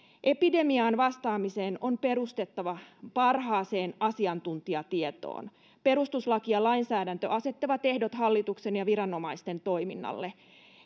epidemiaan vastaamisen on perustuttava parhaaseen asiantuntijatietoon perustuslaki ja lainsäädäntö asettavat ehdot hallituksen ja viranomaisten toiminnalle